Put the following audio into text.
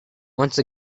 once